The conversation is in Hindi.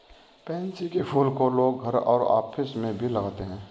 पैन्सी के फूल को लोग घर और ऑफिस में भी लगाते है